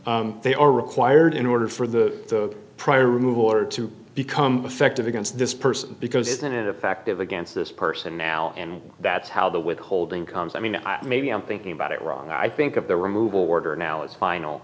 minimal they are required in order for the prior removal or to become affective against this person because that effective against this person now and that's how the withholding comes i mean maybe i'm thinking about it wrong i think of the removal d order now is final